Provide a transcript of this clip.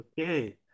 okay